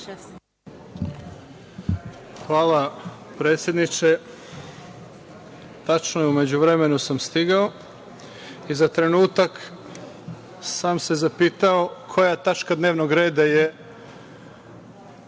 Hvala, predsedniče. Tačno je, u međuvremenu sam stigao i za trenutak sam se zapitao koja tačka dnevnog reda je